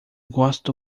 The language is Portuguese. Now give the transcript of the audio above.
gosto